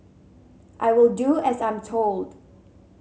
I will do as I'm told